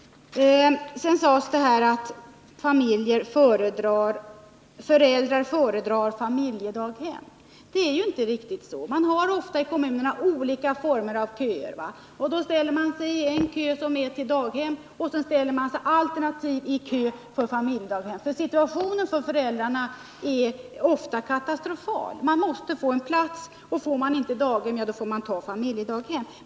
Sedan sades här att föräldrar föredrar familjedaghem. Det är inte riktigt så. Man har i kommunerna ofta olika former av köer. Därför ställer man sig i en kö till daghem och alternativt även i kö för familjedaghem. Föräldrarnas situation är ofta katastrofal. Man måste få en plats, och får man inte daghem får man ta familjedaghem.